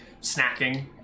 snacking